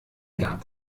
gehabt